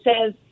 says